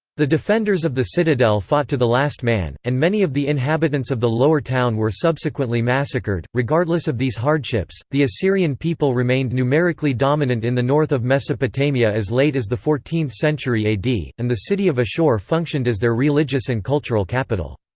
the defenders of the citadel fought to the last man, and many of the inhabitants of the lower town were subsequently massacred regardless of these hardships, the assyrian people remained numerically dominant in the north of mesopotamia as late as the fourteenth century ad, and the city of assur functioned as their religious and cultural capital.